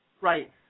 Right